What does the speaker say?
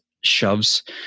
shoves